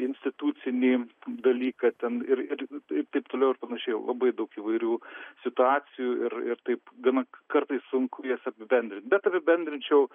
institucinį dalyką ten ir ir ir taip toliau ir panašiai labai daug įvairių situacijų ir ir taip gana kartais sunku juos apibendrint bet apibendrinčiau